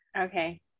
Okay